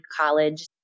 college